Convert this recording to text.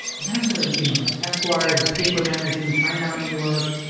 and then i started you know this esquire, this paper magazine, time out new york.